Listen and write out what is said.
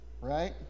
right